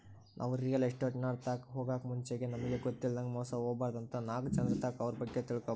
ನಾವು ರಿಯಲ್ ಎಸ್ಟೇಟ್ನೋರ್ ತಾಕ ಹೊಗಾಕ್ ಮುಂಚೆಗೆ ನಮಿಗ್ ಗೊತ್ತಿಲ್ಲದಂಗ ಮೋಸ ಹೊಬಾರ್ದಂತ ನಾಕ್ ಜನರ್ತಾಕ ಅವ್ರ ಬಗ್ಗೆ ತಿಳ್ಕಬಕು